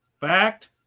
Fact